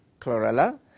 chlorella